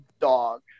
dog